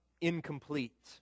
incomplete